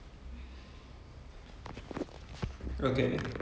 he will have this X-ray machine that he's trying to sell at err